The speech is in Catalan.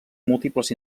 múltiples